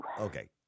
Okay